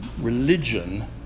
religion